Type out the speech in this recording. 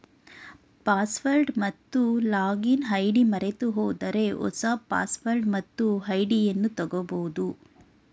password ಮತ್ತು login ID ಮರೆತುಹೋದರೆ ಹೊಸ ಪಾಸ್ವರ್ಡ್ ಮತ್ತು ಐಡಿಯನ್ನು ತಗೋಬೋದು